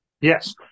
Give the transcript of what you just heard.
Yes